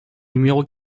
numéro